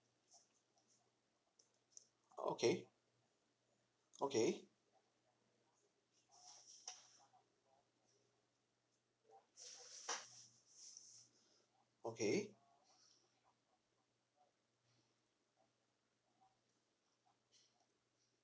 okay okay okay